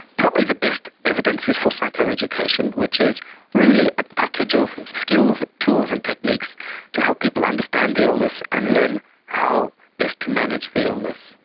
probably the best evidence is for psychoeducation, which is really a package of skills, tools and techniques to help people understand the illness and learn how best to manage the illness.